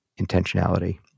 intentionality